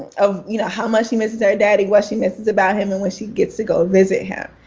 of you know how much she misses her daddy, what she misses about him, and when she gets to go visit him.